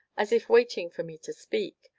as if waiting for me to speak,